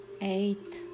eight